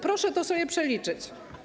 Proszę to sobie przeliczyć.